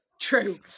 True